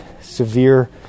severe